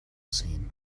seen